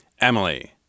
Emily